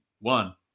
one